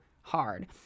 hard